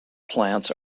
plants